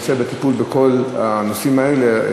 הנושא בטיפול בכל הנושאים האלה,